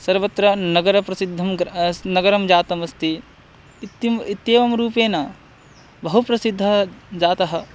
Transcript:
सर्वत्र नगरप्रसिद्धं ग अस् नगरं जातमस्ति इत्ययम् इत्येवं रूपेण बहु प्रसिद्धः जातः